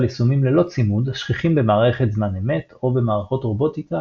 יישומים ללא צימוד השכיחים במערכת זמן אמת או במערכות רובוטיקה